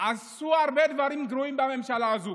עשו הרבה דברים גרועים בממשלה הזו,